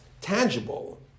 tangible